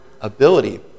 ability